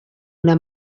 una